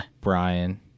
Brian